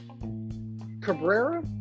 Cabrera